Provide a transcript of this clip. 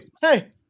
hey